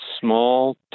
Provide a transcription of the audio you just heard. small